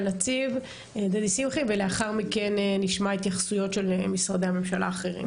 הנציב דדי שמחי ולאחר מכן נשמע התייחסויות של משרדי הממשלה האחרים.